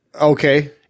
Okay